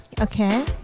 Okay